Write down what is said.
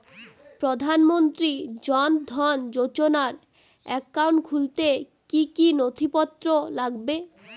প্রধানমন্ত্রী জন ধন যোজনার একাউন্ট খুলতে কি কি নথিপত্র লাগবে?